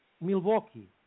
milwaukee